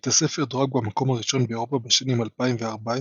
בית הספר דורג במקום הראשון באירופה בשנים 2014,